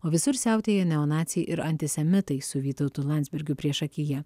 o visur siautėja neonaciai ir antisemitai su vytautu landsbergiu priešakyje